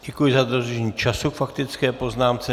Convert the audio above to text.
Děkuji za dodržení času k faktické poznámce.